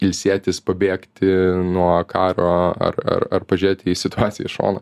ilsėtis pabėgti nuo karo ar ar ar pažiūrėti į situaciją iš šono